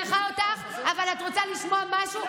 אבל את רוצה לשמוע משהו?